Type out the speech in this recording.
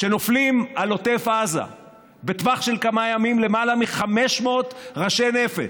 כשנופלים על עוטף עזה בטווח של כמה ימים למעלה מ-500 ראשי נפץ,